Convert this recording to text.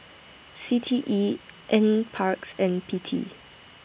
C T E N Parks and P T